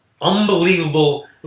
unbelievable